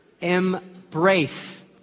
Embrace